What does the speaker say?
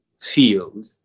field